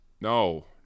no